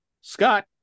Scott